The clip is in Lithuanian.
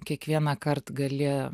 kiekvienąkart gali